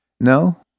No